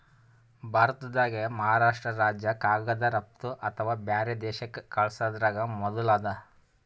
ಭಾರತ್ದಾಗೆ ಮಹಾರಾಷ್ರ್ಟ ರಾಜ್ಯ ಕಾಗದ್ ರಫ್ತು ಅಥವಾ ಬ್ಯಾರೆ ದೇಶಕ್ಕ್ ಕಲ್ಸದ್ರಾಗ್ ಮೊದುಲ್ ಅದ